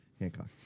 Hancock